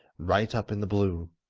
right up in the blue.